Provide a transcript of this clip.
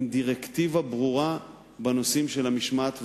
עם דירקטיבה ברורה בנושאים של משמעת ואלימות.